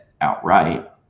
outright